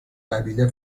قبیله